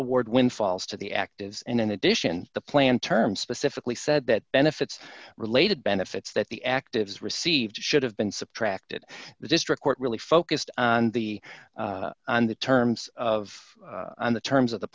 award windfalls to the actives and in addition the plan terms specifically said that benefits related benefits that the actives received should have been subtracted the district court really focused on the on the terms of the terms of the